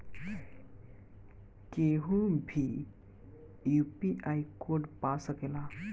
केहू भी UPI code पा सकेला?